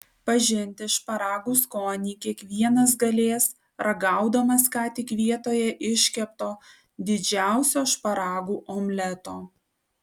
pažinti šparagų skonį kiekvienas galės ragaudamas ką tik vietoje iškepto didžiausio šparagų omleto